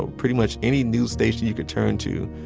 ah pretty much any news station you could turn to